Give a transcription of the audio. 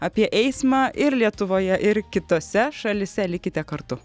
apie eismą ir lietuvoje ir kitose šalyse likite kartu